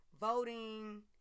voting